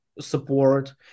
support